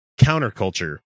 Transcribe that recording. counterculture